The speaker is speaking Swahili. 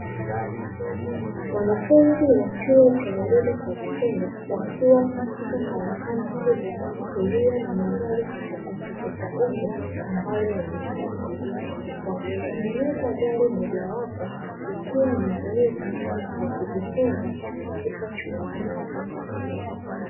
Wanafunzi wa chuo cha elimu kwa vitendo, wakiwa katika karakana kubwa iliyo na magari tofautitofauti, ambayo yameharibika, wakitengeneza gari mojawapo likiwa ni zoezi la kujifunza katika chuo hicho.